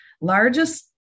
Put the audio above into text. largest